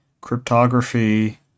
cryptography